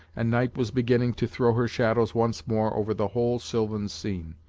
and night was beginning to throw her shadows once more over the whole sylvan scene.